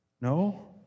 No